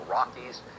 Rockies